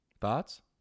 Thoughts